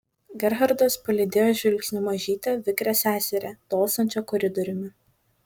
gerhardas palydėjo žvilgsniu mažytę vikrią seserį tolstančią koridoriumi